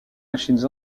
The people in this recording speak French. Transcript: machines